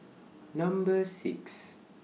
Number six